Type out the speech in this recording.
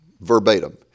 verbatim